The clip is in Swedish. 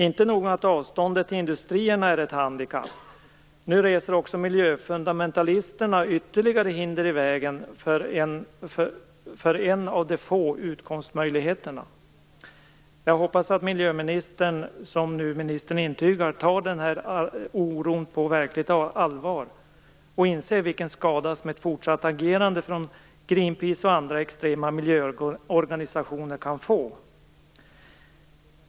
Inte nog med att avståndet till industrierna är ett handikapp. Nu reser också miljöfundamentalisterna ytterligare ett hinder för en av de få utkomstmöjligheterna. Jag hoppas att miljöministern, som hon nu intygar, tar oron på verkligt allvar och inser vilken skada som ett fortsatt agerande från Greenpeace och andra extrema miljöorganisationers sida kan få.